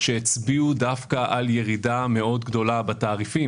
שהצביעו דווקא על ירידה גדולה מאוד בתעריפים.